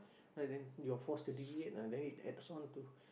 then you are forced to deviate ah then it adds on to